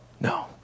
no